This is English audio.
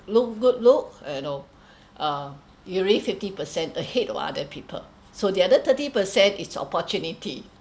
look good s(uh) you know uh you already fifty percent ahead of other people so the other thirty percent is opportunity